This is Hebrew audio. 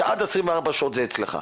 שעד 24 שעות זה אצלך.